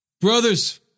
Brothers